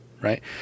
right